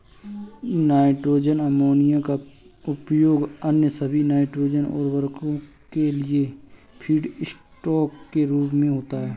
nitrogen ammonia का उपयोग अन्य सभी नाइट्रोजन उवर्रको के लिए फीडस्टॉक के रूप में होता है